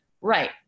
Right